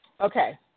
Okay